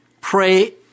pray